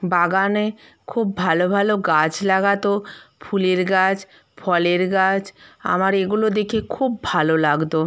বাগানে খুব ভালো ভালো গাছ লাগাতো ফুলের গাছ ফলের গাছ আমার এগুলো দেখে খুব ভালো লাগতো